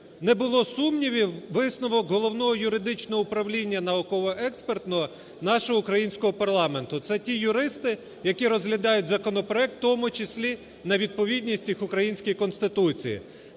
не було сумнівів, висновок Головного юридичного управління, науково-експертного нашого українського парламенту. Це ті юристи, які розглядають законопроекти, в тому числі на відповідність їх українській Конституції.